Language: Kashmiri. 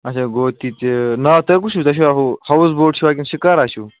اَچھا گوٚو تِتہِ ناو تُہۍ کُس چھُو تۄہہِ چھُوا ہُہ ہاوُس بوٹ چھُوا کِنۍ شِکارا چھُو